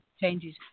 changes